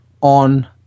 on